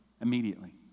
immediately